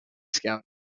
scout